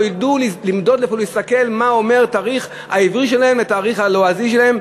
לא ידעו למדוד ולהסתכל מה אומר התאריך העברי שלהם והתאריך הלועזי שלהם.